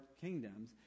kingdoms